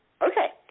Okay